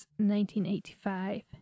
1985